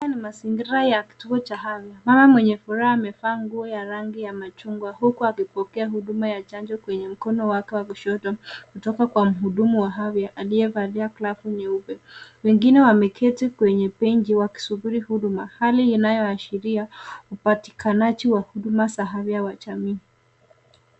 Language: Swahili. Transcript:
Mazingira ya kituo cha afya, mama mwenye furaha amevaa nguo ya rangi ya machungwa huku akipokea huduma ya chanjo kwenye mkono wake wa kushoto kutoka kwa mhudumu wa afya aliyevalia glovu nyeupe, wengine wameketi kwenye benchi wakisubiri huduma hali inayoashiria upatikanaji wa huduma za afya wa jamii.